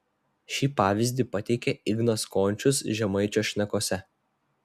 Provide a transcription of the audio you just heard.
šį pavyzdį pateikia ignas končius žemaičio šnekose